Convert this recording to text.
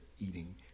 eating